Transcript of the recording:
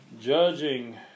judging